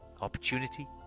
Opportunity